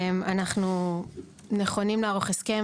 אנחנו נכונים לערוך הסכם,